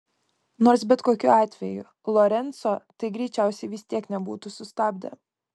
nors bet kokiu atveju lorenco tai greičiausiai vis tiek nebūtų sustabdę